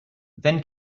then